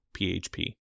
php